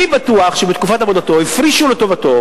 אני בטוח שבתקופת עבודתו הפרישו לטובתו